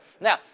Now